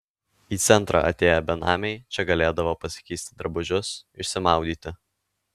į centrą atėję benamiai čia galėdavo pasikeisti drabužius išsimaudyti